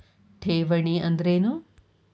ಠೇವಣಿ ಅಂದ್ರೇನು?